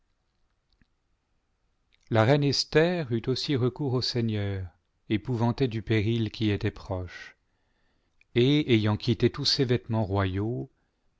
la reine esther eut aussi recours au seigneur épouvantée du péril qui était proche et ayant quitté tous ses vêtements royaux